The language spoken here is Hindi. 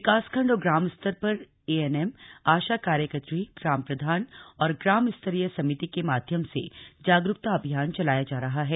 विकासखण्ड और ग्राम स्तर पर एएनएम आशा कार्यकत्री ग्राम प्रधान और ग्राम स्तरीय समिति के माध्यम से जागरूकता अभियान चलाया जा रहा है